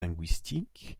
linguistiques